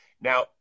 Now